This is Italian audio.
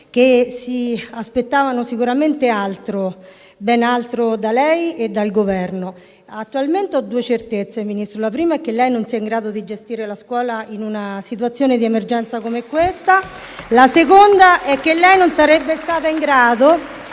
che si aspettavano sicuramente ben altro da lei e dal Governo. Ministro, attualmente ho due certezze: la prima è che lei non sia in grado di gestire la scuola in una situazione di emergenza come questa; la seconda è che lei non sarebbe stata in grado